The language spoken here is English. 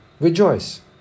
Rejoice